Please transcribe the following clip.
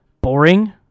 boring